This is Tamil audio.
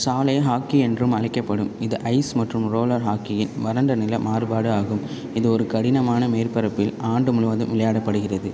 சாலை ஹாக்கி என்றும் அழைக்கப்படும் இது ஐஸ் மற்றும் ரோலர் ஹாக்கியின் வறண்ட நில மாறுபாடு ஆகும் இது ஒரு கடினமான மேற்பரப்பில் ஆண்டு முழுவதும் விளையாடப்படுகிறது